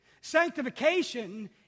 Sanctification